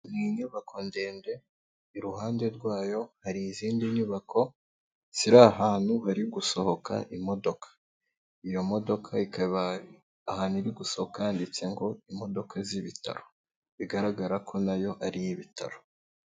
Mu nyubako ndende, iruhande rwayo hari izindi nyubako ziri ahantu hari gusohoka imodoka, iyo modoka ikaba ahantu iri gusohoka handitse ngo imodoka z'ibitaro, bigaragara ko nayo ari iy'ibitaro.